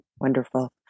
Wonderful